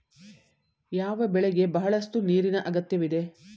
ಯಾವ ಬೆಳೆಗೆ ಬಹಳಷ್ಟು ನೀರಿನ ಅಗತ್ಯವಿದೆ?